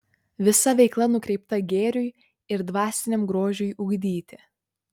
visa veikla nukreipta gėriui ir dvasiniam grožiui ugdyti